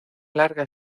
larga